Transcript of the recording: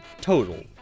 total